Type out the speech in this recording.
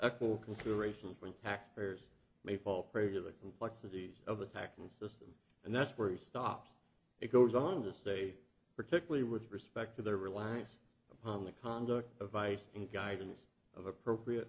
eco considerations when taxpayers may fall prey to the complexities of attacking the system and that's where he stops it goes on to say particularly with respect to their reliance upon the conduct of vice and guidance of appropriate